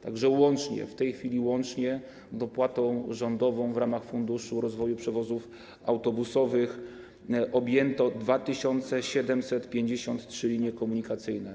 Tak że w tej chwili łącznie dopłatą rządową w ramach Funduszu rozwoju przewozów autobusowych objęto 2753 linie komunikacyjne.